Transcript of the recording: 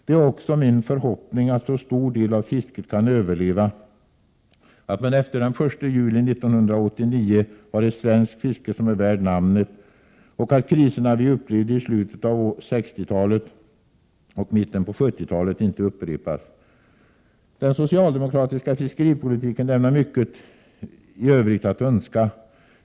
Det är också min förhoppning att en så stor del av fisket kan överleva att man efter den 1 juli 1989 har ett svenskt fiske som är värt namnet och att kriserna vi upplevde i slutet av 60-talet och mitten på 70-talet inte upprepas. Den socialdemokratiska fiskeripolitiken lämnar mycket övrigt att önska.